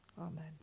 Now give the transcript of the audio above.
Amen